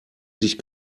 sich